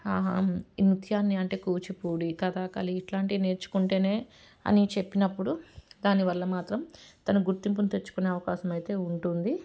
నృత్యాన్ని అంటే కూచిపూడి కథాకళి ఇట్లాంటివి నేర్చుకుంటేనే అని చెప్పినప్పుడు దానివల్ల మాత్రం తను గుర్తింపుని తెచ్చుకునే అవకాశం అయితే ఉంటుంది